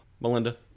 Melinda